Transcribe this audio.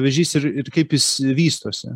vėžys ir ir kaip jis vystosi